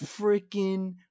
freaking